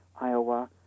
Iowa